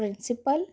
principal